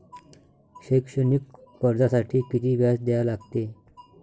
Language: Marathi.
शैक्षणिक कर्जासाठी किती व्याज द्या लागते?